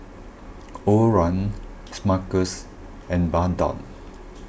Overrun Smuckers and Bardot